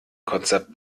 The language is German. konzept